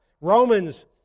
Romans